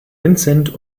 vincent